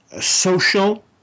social